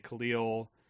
Khalil